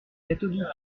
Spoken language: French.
catholiques